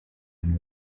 and